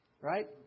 right